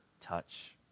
touch